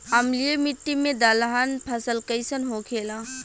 अम्लीय मिट्टी मे दलहन फसल कइसन होखेला?